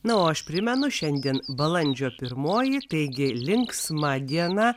na o aš primenu šiandien balandžio pirmoji taigi linksma diena